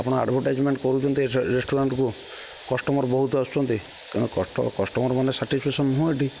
ଆପଣ ଆଡ଼ଭଟାଇଜମେଣ୍ଟ କରୁଛନ୍ତି ରେଷ୍ଟୁରାଣ୍ଟକୁ କଷ୍ଟମର ବହୁତ ଆସୁଛନ୍ତି କାରଣ କଷ୍ଟମର ମାନେ ସାଟିସଫେକ୍ସନ ନୁହଁ ଏଠି